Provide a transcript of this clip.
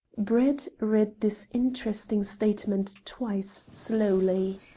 brett read this interesting statement twice slowly.